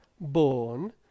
born